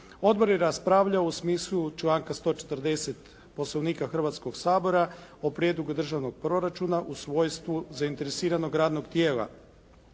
Odbor je raspravljao u smislu članka 140. Poslovnika Hrvatskoga sabora o prijedlogu državnog proračuna u svojstvu zainteresiranog radnog tijela.